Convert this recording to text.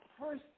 first